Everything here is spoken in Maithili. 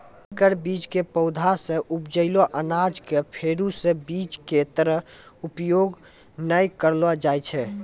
संकर बीज के पौधा सॅ उपजलो अनाज कॅ फेरू स बीज के तरह उपयोग नाय करलो जाय छै